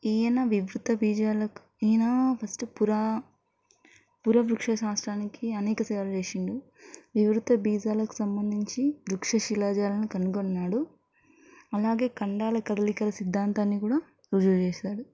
ఈయన వివిధ బీజాలకు ఈయన ఫస్టు పురా పుర వృక్ష శాస్త్రానికి అనేక సేవలు చేషిండు నివృత భీజాలకు సంబంధించి వృక్షశిలాజాలను కనుగొన్నాడు అలాగే ఖండాల కదలికలా సిద్ధాంతాన్నీ కూడ రుజువు చేశాడు